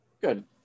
good